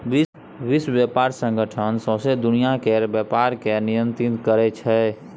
विश्व बेपार संगठन सौंसे दुनियाँ केर बेपार केँ नियंत्रित करै छै